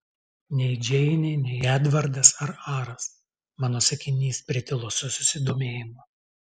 nei džeinė nei edvardas ar aras mano sakinys pritilo su susidomėjimu